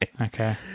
okay